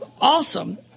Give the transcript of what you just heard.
awesome